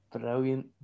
Brilliant